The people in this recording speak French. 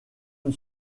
une